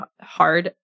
hard